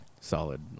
solid